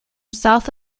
south